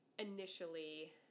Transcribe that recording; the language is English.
initially